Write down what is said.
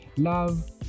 Love